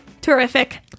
Terrific